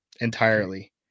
entirely